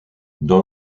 dans